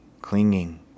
clinging